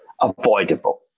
avoidable